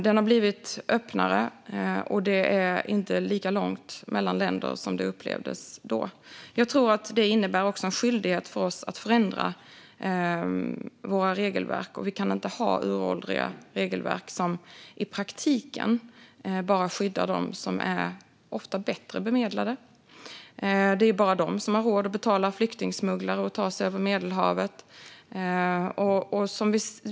Den har blivit öppnare, och det är inte så långt mellan länder som det upplevdes då. Jag tror att det innebär en skyldighet för oss att förändra våra regelverk. Vi kan inte ha uråldriga regelverk som i praktiken bara skyddar dem som ofta är bättre bemedlade. Det är bara de som har råd att betala flyktingsmugglare för att ta sig över Medelhavet.